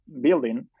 building